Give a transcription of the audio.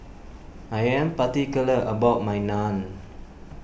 I am particular about my Naan